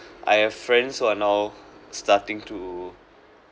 I have friends who are now starting to